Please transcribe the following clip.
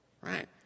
Right